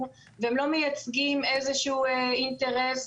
והם לא מייצגים איזה שהוא אינטרס,